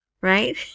right